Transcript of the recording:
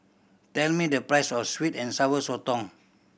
tell me the price of sweet and Sour Sotong